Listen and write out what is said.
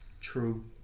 True